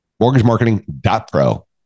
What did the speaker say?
Mortgagemarketing.pro